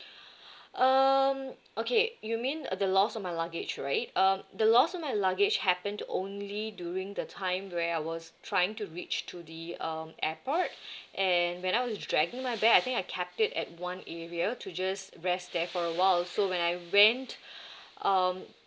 um okay you mean uh the loss of my luggage right um the loss of my luggage happened only during the time where I was trying to reach to the um airport and when I was dragging my bag I think I kept it at one area to just rest there for awhile so when I went um